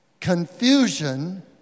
confusion